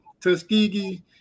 Tuskegee